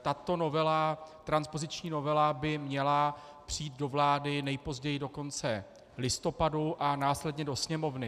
Tato transpoziční novela by měla přijít do vlády nejpozději do konce listopadu a následně do Sněmovny.